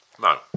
no